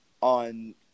on